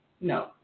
No